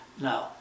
No